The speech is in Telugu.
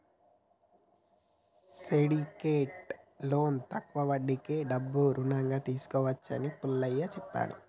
సిండికేట్ లోన్లో తక్కువ వడ్డీకే ఎక్కువ డబ్బు రుణంగా తీసుకోవచ్చు అని పుల్లయ్య చెప్పిండు